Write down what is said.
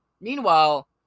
Meanwhile